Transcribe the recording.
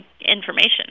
information